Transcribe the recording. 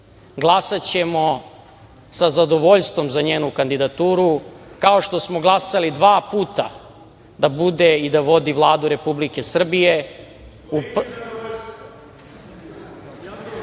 Glasaćemo sa zadovoljstvom za njenu kandidaturu, kao što smo glasali dva puta da bude i da vodi Vladu Republike